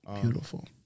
Beautiful